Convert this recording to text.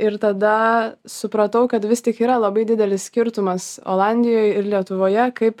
ir tada supratau kad vis tik yra labai didelis skirtumas olandijoj ir lietuvoje kaip